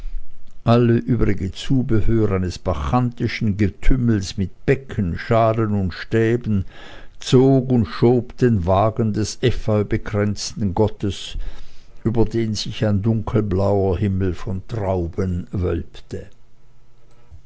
alle übrige zubehör eines bacchantischen getümmels mit becken schalen und stäben zog und schob den wagen des efeubekränzten gottes über dem sich ein dunkelblauer himmel von trauben wölbte